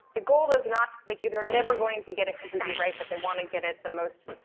the goal is not, like they're never going to get it completely right, but they want to get it the most,